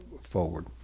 forward